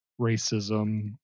racism